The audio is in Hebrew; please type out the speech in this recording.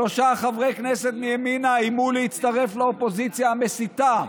שלושה חברי כנסת מימינה איימו להצטרף לאופוזיציה המסיתה.